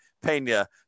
Pena